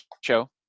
show